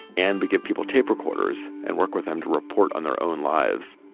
and we give people tape recorders and work with them to report on their own lives.